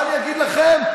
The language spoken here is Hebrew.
מה אני אגיד לכם,